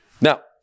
Now